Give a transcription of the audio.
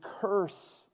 curse